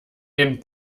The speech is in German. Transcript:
den